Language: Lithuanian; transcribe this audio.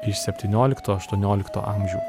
iš septyniolikto aštuoniolikto amžių